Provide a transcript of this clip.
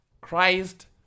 Christ